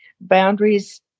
boundaries